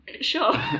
Sure